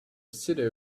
city